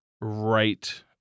right